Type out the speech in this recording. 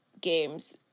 games